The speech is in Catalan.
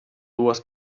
dues